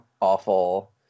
awful